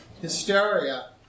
hysteria